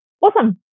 Awesome